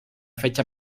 fecha